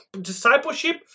discipleship